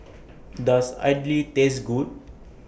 Does Idly Taste Good